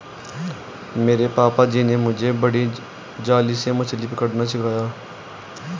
मेरे पापा जी ने मुझे बड़ी जाली से मछली पकड़ना सिखाया